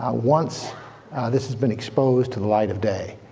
ah once this has been exposed to the light of day,